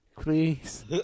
Please